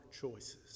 choices